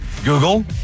Google